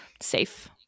safe